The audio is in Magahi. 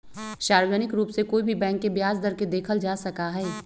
सार्वजनिक रूप से कोई भी बैंक के ब्याज दर के देखल जा सका हई